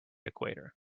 equator